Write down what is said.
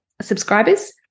subscribers